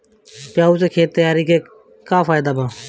Plough से खेत तैयारी के का फायदा बा?